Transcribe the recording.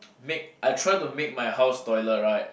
make I try to make my house toilet right